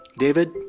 david,